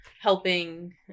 helping